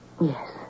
Yes